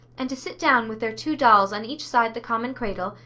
and to sit down with their two dolls on each side the common cradle,